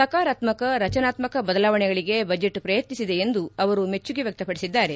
ಸಕಾರಾತ್ಮಕ ರಚನಾತ್ಮಕ ಬದಲಾವಣೆಗಳಿಗೆ ಬಜೆಟ್ ಪ್ರಯತ್ನಿಸಿದೆ ಎಂದು ಅವರು ಮೆಚ್ಚುಗೆ ವ್ಯಕ್ತಪಡಿಸಿದ್ದಾರೆ